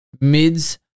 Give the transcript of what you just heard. mids